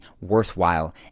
worthwhile